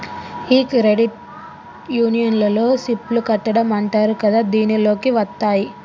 ఈ క్రెడిట్ యూనియన్లో సిప్ లు కట్టడం అంటారు కదా దీనిలోకి వత్తాయి